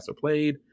played